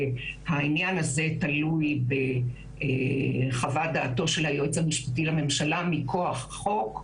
העניין הזה תלוי בחוות דעתו של היועץ המשפטי לממשלה מכוח החוק.